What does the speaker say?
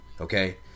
okay